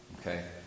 Okay